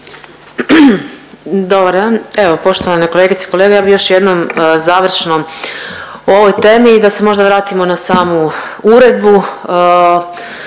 Dobar dan. Evo poštovane kolegice i kolege ja bih još jednom završno o ovoj temi i da se možda vratimo na samu uredbu,